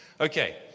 Okay